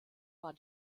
war